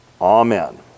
Amen